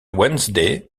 wednesday